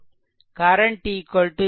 கரன்ட்0